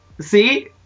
see